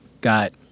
got